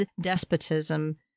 despotism